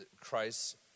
Christ